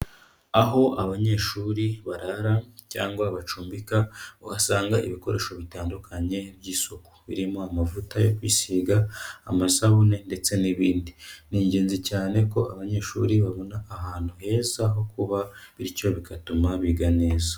Aho abanyeshuri barara cyangwa bacumbika, uhasanga ibikoresho bitandukanye by'isuku, birimo amavuta yo kwisiga, amasabune ndetse n'ibindi, ni ingenzi cyane ko abanyeshuri babona ahantu heza ho kuba bityo bigatuma biga neza.